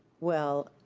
well,